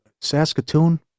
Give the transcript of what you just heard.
Saskatoon